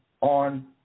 on